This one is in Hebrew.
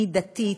מידתית,